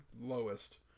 lowest